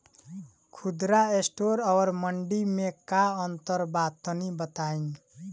खुदरा स्टोर और मंडी में का अंतर बा तनी बताई?